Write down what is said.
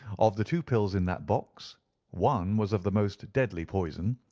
of the two pills in that box one was of the most deadly poison,